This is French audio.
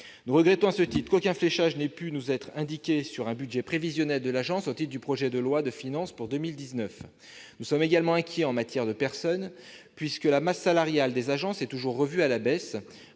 Nous regrettons à ce titre qu'aucun fléchage n'ait pu nous être indiqué sur un budget prévisionnel de l'agence au titre du projet de loi de finances pour 2019. Nous sommes également inquiets en matière de personnes, puisque la masse salariale des agences est toujours revue à la baisse,